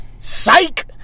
Psych